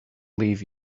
leave